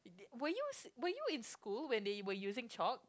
were you s~ were you in school when they were using chalk